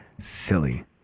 Silly